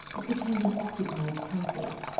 it became an occupied country.